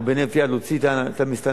או בהינף יד להוציא את המסתננים